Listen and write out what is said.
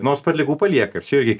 nors atliekų palieka ir čia irgi